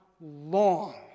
long